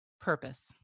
purpose